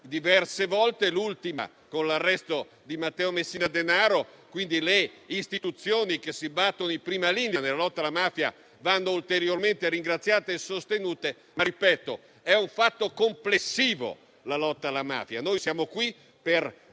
diverse volte, l'ultima con l'arresto di Matteo Messina Denaro, quindi le istituzioni che si battono in prima linea nella lotta alla mafia vanno ulteriormente ringraziate e sostenute. Ma, ripeto, la lotta alla mafia è un fatto complessivo. Noi siamo qui per